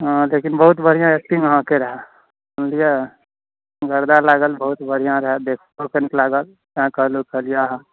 हँ लेकिन बहुत बढ़िआँ एक्टिंग अहाँके रहए सुनलियै गर्दा लागल बहुत बढ़िआँ रहए देखबोमे नीक लागल तैँ कहलहुँ केलियै अहाँ